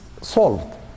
solved